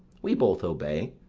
we both obey,